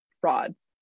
frauds